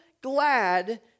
glad